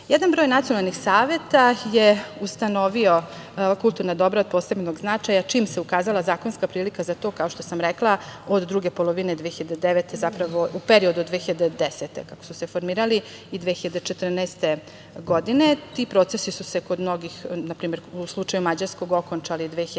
broj nacionalnih saveta je ustanovio kulturna dobra od posebnog značaja čim se ukazala zakonska prilika za to. Kao što smo rekla, od druge polovine 2009. godine, zapravo u periodu od 2010. godine, kako su se formirali i 2014. godine ti procesi su se kod mnogih, na primer u slučaju mađarskog, okončali 2014.